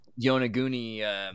Yonaguni –